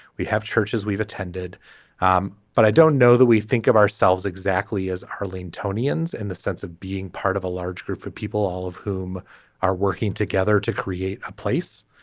we have churches we've attended um but i don't know that we think of ourselves exactly as arlene. tony jones in the sense of being part of a large group of people all of whom are working together to create a place